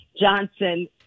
Johnson